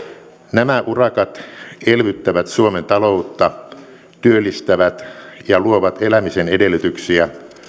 nämä urakat elvyttävät suomen taloutta työllistävät ja luovat elämisen edellytyksiä